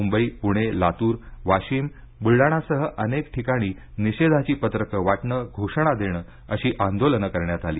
मुंबई पूणे लातूर वाशिम बूलडाणासह अनेक ठिकाणी निषेधाची पत्रकं वाटणं घोषणा देणं अशी आंदोलनं करण्यात आली